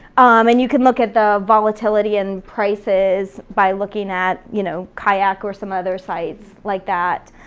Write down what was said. and you can look at the volatility in prices by looking at you know kayak or some other sites like that.